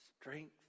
strength